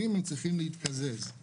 הוא מתקזז אל מול המפוצים.